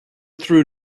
through